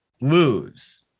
lose